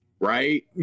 right